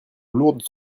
lourdes